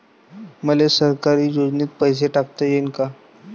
मले सरकारी योजतेन पैसा टाकता येईन काय?